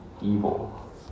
evil